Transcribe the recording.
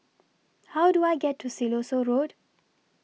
How Do I get to Siloso Road